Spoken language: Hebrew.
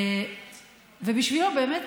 ובשבילו באמת,